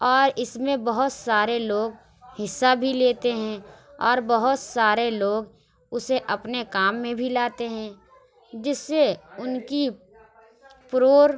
اور اس میں بہت سارے لوگ حصہ بھی لیتے ہیں اور بہت سارے لوگ اسے اپنے کام میں بھی لاتے ہیں جس سے ان کی پرور